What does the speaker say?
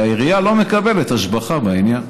והעירייה לא מקבלת השבחה מהעניין.